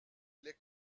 les